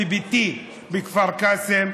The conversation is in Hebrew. בביתי בכפר קאסם,